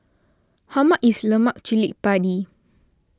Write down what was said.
how much is Lemak Cili Padi